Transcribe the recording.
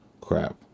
Crap